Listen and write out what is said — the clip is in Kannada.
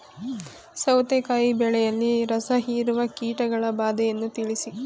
ಸೌತೆಕಾಯಿ ಬೆಳೆಯಲ್ಲಿ ರಸಹೀರುವ ಕೀಟಗಳ ಬಾಧೆಯನ್ನು ತಿಳಿಸಿ?